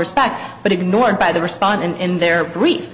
respect but ignored by the response and their brief